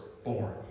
born